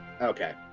okay